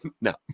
no